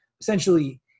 essentially